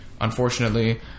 unfortunately